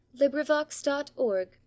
LibriVox.org